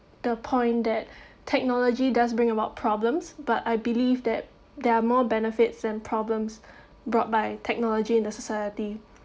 the point that technology does bring about problems but I believe that there are more benefits than problems brought by technology in the society